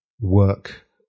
work